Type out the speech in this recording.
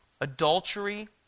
adultery